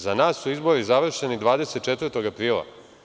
Za nas su izbori završeni 24. aprila.